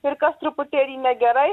ir kas truputėlį negerai